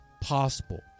possible